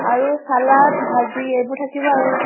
আৰু ছালাড ভাজি এইবোৰ থাকিব আৰু